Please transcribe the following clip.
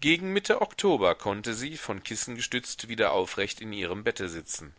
gegen mitte oktober konnte sie von kissen gestützt wieder aufrecht in ihrem bette sitzen